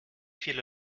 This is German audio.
viele